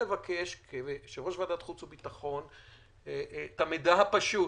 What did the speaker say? כיושב-ראש ועדת החוץ והביטחון אני רוצה לבקש את המידע הפשוט: